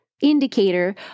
indicator